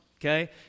okay